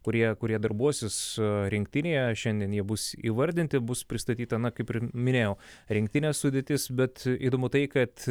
kurie kurie darbuosis rinktinėje šiandien jie bus įvardinti bus pristatyta na kaip minėjau rinktinės sudėtis bet įdomu tai kad